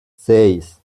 seis